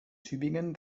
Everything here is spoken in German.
tübingen